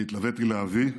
אני התלוויתי אל אבי,